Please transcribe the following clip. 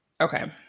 Okay